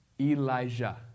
Elijah